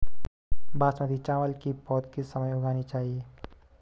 बासमती चावल की पौध किस समय उगाई जानी चाहिये?